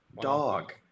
Dog